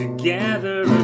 together